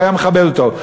הוא היה מכבד אותו.